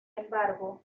embargo